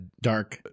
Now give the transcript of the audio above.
dark